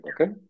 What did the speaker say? okay